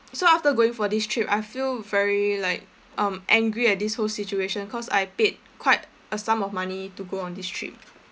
so after going for this trip I feel very like um angry at this whole situation cause I paid quite a sum of money to go on this trip